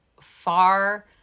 far